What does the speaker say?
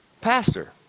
Pastor